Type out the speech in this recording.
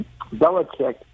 Belichick